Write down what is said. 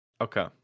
Okay